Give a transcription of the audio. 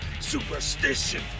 superstition